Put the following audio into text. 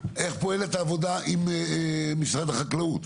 איך פועלת העבודה עם משרד החקלאות?